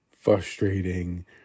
frustrating